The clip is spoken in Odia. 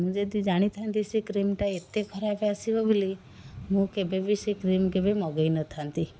ମୁଁ ଯଦି ଜାଣିଥାନ୍ତି ସେ କ୍ରିମ୍ଟା ଏତେ ଖରାପ ଆସିବ ବୋଲି ମୁଁ କେବେ ବି ସେ କ୍ରିମ୍ କେବେ ମଗାଇ ନଥାନ୍ତି